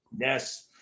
Yes